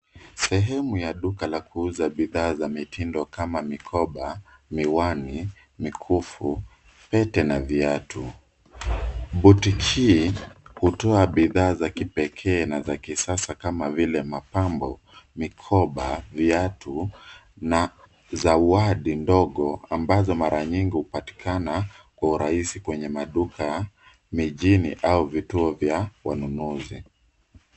Sehemu ya duka la kuuza bidhaa za mitindo kama mikoba, miwani, mikufu, pete na viatu . Boutique hii hutoa bidhaa za kipekee na za kisasa kama vile mapambo, mikoba, viatu na zawadi ndogo ambazo mara nyingi hupatikana kwa urahisi kwenye maduka mijini au vituo vya wanunuzi.